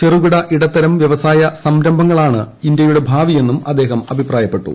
ചെറുകിട ഇടത്തരം വൃവസായ സംരംഭങ്ങളാണ് ഇന്ത്യയുടെ ഭാവിയെന്നും അദ്ദേഹം അഭിപ്രായപ്പെട്ടു